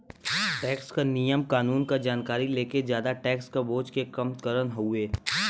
tax क नियम कानून क जानकारी लेके जादा टैक्स क बोझ के कम करना हउवे